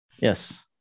Yes